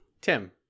Tim